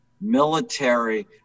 military